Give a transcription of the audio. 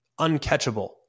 Uncatchable